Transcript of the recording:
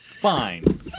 Fine